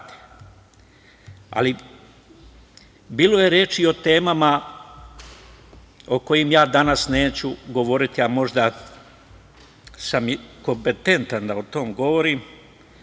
ali bilo je reči i o temama o kojima ja danas neću govoriti, a možda sam i kompetentan da o tome govorim.